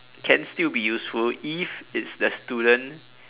can still be useful if it's the student